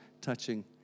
touching